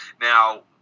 now